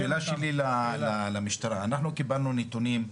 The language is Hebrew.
השאלה שלי למשטרה, אנחנו קיבלנו נתונים,